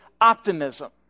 optimism